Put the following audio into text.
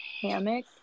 hammock